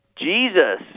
Jesus